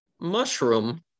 mushroom